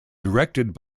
directed